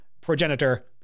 progenitor